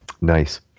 Nice